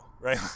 right